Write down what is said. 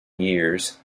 years